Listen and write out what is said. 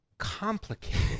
complicated